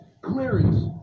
Clearance